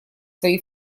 свои